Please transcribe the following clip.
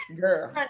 Girl